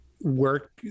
work